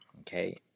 okay